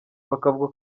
bakavuga